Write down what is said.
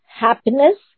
happiness